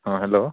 ହଁ ହେଲୋ